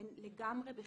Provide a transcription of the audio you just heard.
הן לגמרי בחסר.